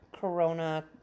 corona